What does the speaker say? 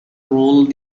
role